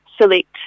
select